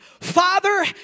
Father